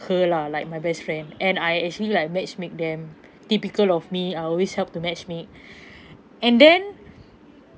her lah like my best friend and I actually like match make them typical of me I always helped to match make and then